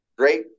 Great